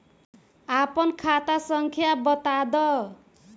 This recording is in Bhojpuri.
आपन खाता संख्या बताद